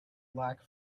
lack